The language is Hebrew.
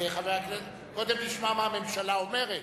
קודם נשמע מה הממשלה אומרת.